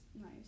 nice